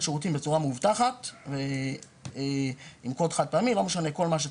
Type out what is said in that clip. שירותים בצורה מאובטחת עם קוד חד פעמי או מה שצריך,